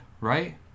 right